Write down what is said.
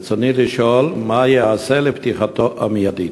ברצוני לשאול: מה ייעשה לפתיחתו המיידית?